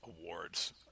awards